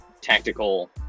tactical